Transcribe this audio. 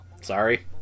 sorry